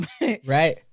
Right